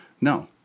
No